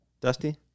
Dusty